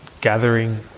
gathering